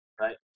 right